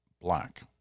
black